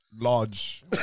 large